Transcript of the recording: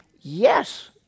Yes